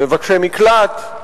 מבקשי מקלט,